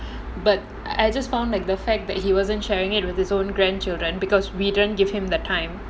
but I just found like the fact that he wasn't sharing it with his own grandchildren because we don't give him the time